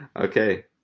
Okay